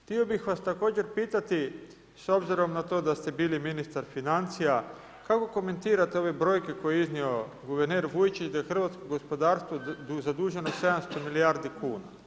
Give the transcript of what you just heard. Htio bih vas također pitati s obzirom na to da ste bili ministar financija, kako komentirate ove brojke koje je iznio guverner Vujčić da je hrvatsko gospodarstvo zaduženo 700 milijardi kuna?